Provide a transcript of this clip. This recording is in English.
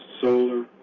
Solar